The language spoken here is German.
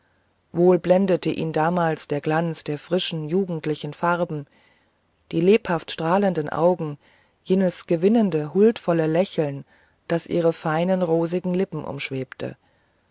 wohl blendete ihn damals der glanz der frischen jugendlichen farben die lebhaft strahlenden augen jenes gewinnende huldvolle lächeln das ihre feinen rosigen lippen umschwebte